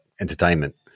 entertainment